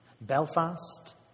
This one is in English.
Belfast